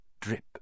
drip